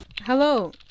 Hello